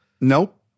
Nope